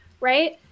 Right